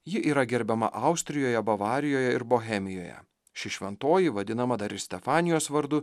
ji yra gerbiama austrijoje bavarijoje ir bohemijoje ši šventoji vadinama dar ir stefanijos vardu